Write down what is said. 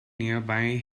nearby